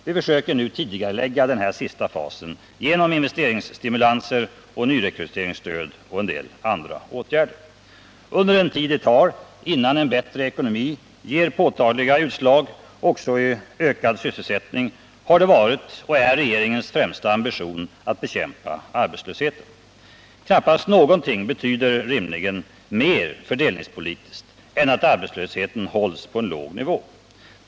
Vi försöker nu tidigarelägga denna sista fas genom investeringsstimulanser, nyrekryteringsstöd och en del andra åtgärder. Under den tid det tar innan en bättre ekonomi ger påtagliga utslag också i ökad sysselsättning har det varit och är regeringens främsta ambition att bekämpa arbetslösheten. Knappast någonting betyder rimligen mer fördelningspolitiskt än att arbetslösheten hålls på en låg nivå.